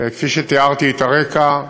כפי שתיארתי את הרקע,